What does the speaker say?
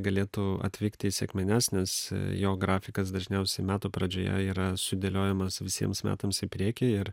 galėtų atvykti į sekmines nes jo grafikas dažniausiai metų pradžioje yra sudėliojamas visiems metams į priekį ir